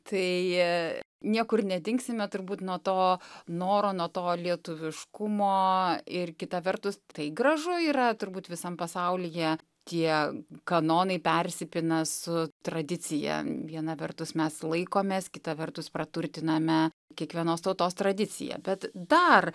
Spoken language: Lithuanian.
tai niekur nedingsime turbūt nuo to noro nuo to lietuviškumo ir kita vertus tai gražu yra turbūt visam pasaulyje tie kanonai persipina su tradicija viena vertus mes laikomės kita vertus praturtiname kiekvienos tautos tradiciją bet dar